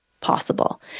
possible